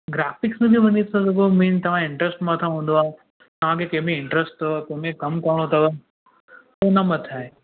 graphics में बि वञी सघो मेन तव्हां एंट्रैंस मथां हूंदो आहे तव्हांखे कंहिंमें इंट्रैस्ट अथव कंहिंमे कमु करणो अथव उन मथां आहे